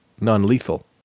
non-lethal